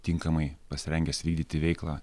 tinkamai pasirengęs vykdyti veiklą